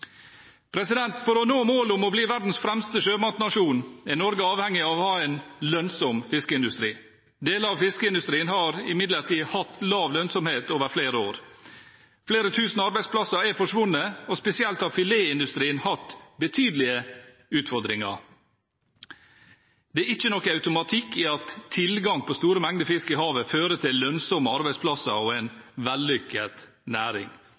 For å nå målet om å bli verdens fremste sjømatnasjon er Norge avhengig av å ha en lønnsom fiskeindustri. Deler av fiskeindustrien har imidlertid hatt lav lønnsomhet over flere år. Flere tusen arbeidsplasser er forsvunnet, og spesielt har filetindustrien hatt betydelige utfordringer. Det er ikke noen automatikk i at tilgang på store mengder fisk i havet fører til lønnsomme arbeidsplasser og en vellykket næring.